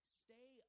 stay